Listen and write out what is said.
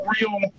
real